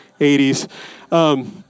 80s